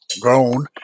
grown